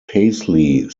paisley